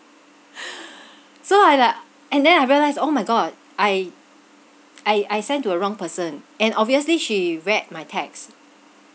so I like and then I realise oh my god I I I send to the wrong person and obviously she read my text